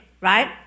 right